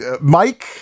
Mike